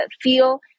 feel